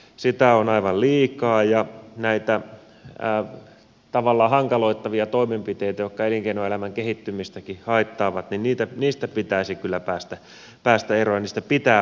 sitä on aivan liikaa ja näistä tavallaan hankaloittavista toimenpiteistä jotka elinkeinoelämänkin kehittymistä haittaavat pitäisi kyllä päästä eroon ja niistä pitää päästä eroon